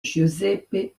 giuseppe